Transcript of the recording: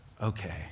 okay